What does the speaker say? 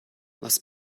was